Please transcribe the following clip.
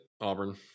Auburn